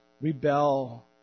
rebel